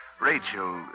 rachel